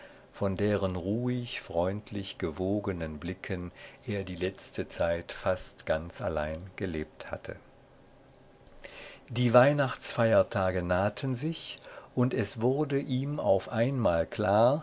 von deren ruhig freundlich gewogenen blicken er die letzte zeit fast ganz allein gelebt hatte die weihnachtsfeiertage nahten sich und es wurde ihm auf einmal klar